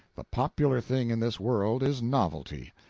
the popular thing in this world is novelty.